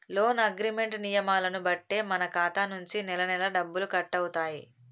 loan agreement నియమాలను బట్టే మన ఖాతా నుంచి నెలనెలా డబ్బులు కట్టవుతాయి